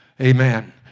Amen